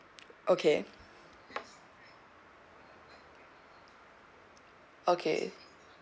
okay okay